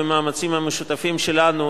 במאמצים המשותפים שלנו,